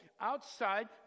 outside